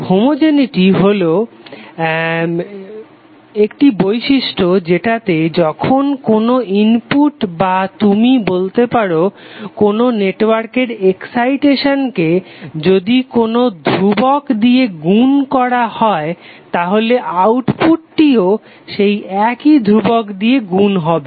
homogeneity মানে হলো একটি বৈশিষ্ট্য যেটাতে যখন কোনো ইনপুট বা তুমি বলতে পারো কোনো নেটওয়ার্কের এক্সাইটেশ্নকে যদি কোনো ধ্রুবক দিয়ে গুন করা হয় তাহলে আউটপুটটিও সেই একই ধ্রুবক দিয়ে গুন হবে